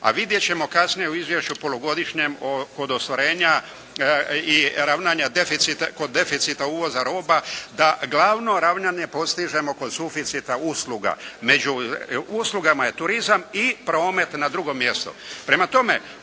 a vidjeti ćemo kasnije u izvješću polugodišnjem kod ostvarenja i ravnanja deficita, kod deficita uvoza roba da glavno ravnanje postižemo kod suficita usluga. Među uslugama je turizam i promet na drugo mjesto.